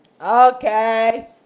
okay